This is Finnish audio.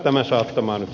herra puhemies